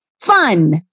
fun